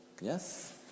Yes